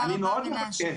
אני מאוד מבקש,